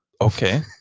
Okay